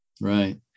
Right